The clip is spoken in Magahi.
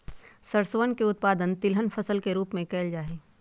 सरसोवन के उत्पादन तिलहन फसल के रूप में कइल जाहई